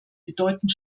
bedeutend